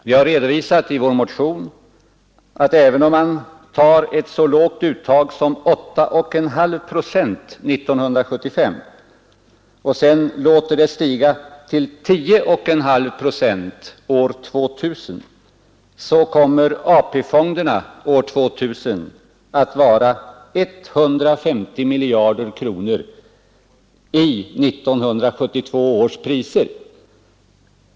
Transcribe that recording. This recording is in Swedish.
Vi har i vår motion redovisat att även om man tar ett så lågt uttag som 8,5 procent år 1975 och sedan låter uttaget stiga till 10,5 procent år 2000, så kommer AP-fonderna år 2000 att vara 150 miljarder kronor i 1972 års priser.